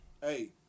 hey